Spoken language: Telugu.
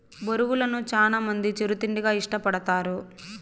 బొరుగులను చానా మంది చిరు తిండిగా ఇష్టపడతారు